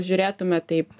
žiūrėtume taip